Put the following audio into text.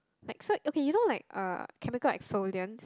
like so okay you know uh chemical exfoliant